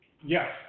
Yes